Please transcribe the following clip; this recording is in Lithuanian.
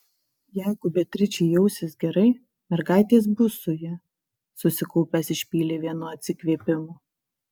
jeigu beatričė jausis gerai mergaitės bus su ja susikaupęs išpylė vienu atsikvėpimu